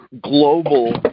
global